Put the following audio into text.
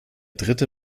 dritte